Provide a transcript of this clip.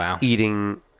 eating